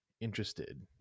interested